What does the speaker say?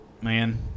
man